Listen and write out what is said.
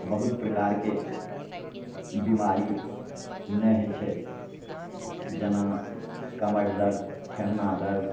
बहुत प्रकारके बीमारी नहि हइ छै जेना कमर दर्द ठेहुना दर्द